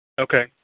okay